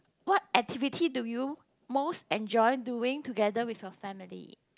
what activity do you most enjoy doing together with your family